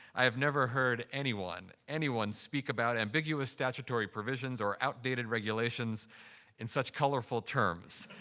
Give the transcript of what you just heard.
i have never heard anyone, anyone, speak about ambiguous statutory provisions or outdated regulations in such colorful terms.